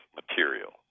material